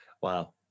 Wow